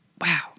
Wow